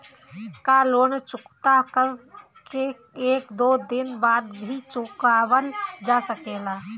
का लोन चुकता कर के एक दो दिन बाद भी चुकावल जा सकेला?